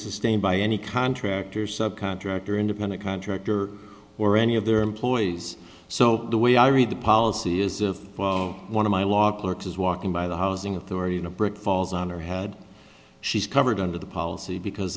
sustained by any contractor subcontractor independent contractor or any of their employees so the way i read the policy is if well one of my law clerks is walking by the housing authority in a brick falls on or had she's covered under the policy because